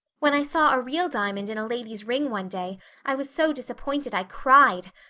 when i saw a real diamond in a lady's ring one day i was so disappointed i cried.